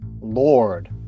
lord